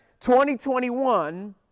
2021